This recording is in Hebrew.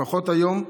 לפחות היום,